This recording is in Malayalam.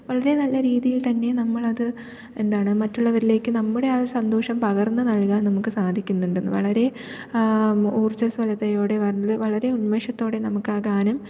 വളരെ നല്ല രീതിയിൽത്തന്നെ നമ്മളത് എന്താണ് മറ്റുള്ളവരിലേക്ക് നമ്മുടെ ആ സന്തോഷം പകർന്നു നൽകാൻ നമുക്ക് സാധിക്കുന്നുണ്ട് വളരെ ഉർജ്ജസ്വലതയോടെ വളരെ ഉന്മേഷത്തോടെ നമുക്ക് ആ ഗാനം